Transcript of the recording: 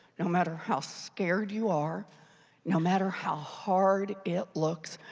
no matter how scared you are no matter how hard it looks,